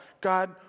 God